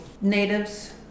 Natives